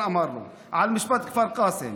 תאמין לי שלא פעם אחת בישיבת הממשלה,